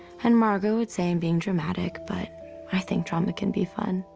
and margot would say i'm being dramatic, but i think drama can be fun.